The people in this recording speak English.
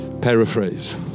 Paraphrase